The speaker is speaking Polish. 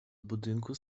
budynków